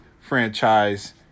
Franchise